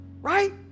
Right